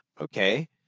okay